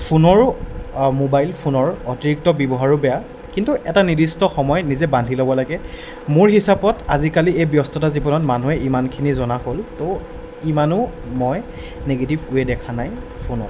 ফোনৰো mobile ফোনৰ অতিৰিক্ত ব্যৱহাৰো বেয়া কিন্তু এটা নিৰ্দিষ্ট সময় নিজে বান্ধি ল'ব লাগে মোৰ হিচাপত আজিকালি এই ব্যস্ততা জীৱনত মানুহে ইমানখিনি জনা হ'ল ত' ইমানো মই নিগেটিভ ৱে দেখা নাই ফোনত